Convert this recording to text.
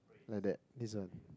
like that he's a